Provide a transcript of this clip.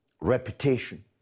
reputation